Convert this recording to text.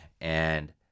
and-